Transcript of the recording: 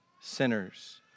sinners